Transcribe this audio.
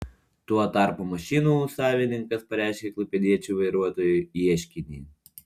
tuo tarpu mašinų savininkas pareiškė klaipėdiečiui vairuotojui ieškinį